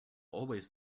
always